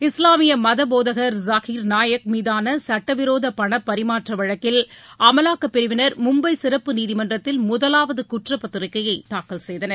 இஸ்லாமிய மதபோதகர் ஜகீர் நாயக் மீதான சுட்டவிரோத பண பரிமாற்ற வழக்கில் அமலாக்கப்பிரிவினர் மும்பை சிறப்பு நீதிமன்றத்தில் முதலாவது குற்றப்பத்திரிக்கையை தாக்கல் செய்தனர்